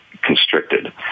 Constricted